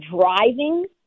driving